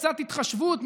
קצת התחשבות?